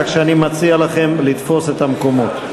כך שאני מציע לכם לתפוס את המקומות.